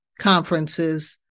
conferences